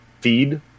feed